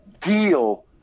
deal